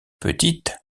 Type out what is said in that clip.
petite